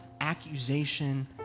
accusation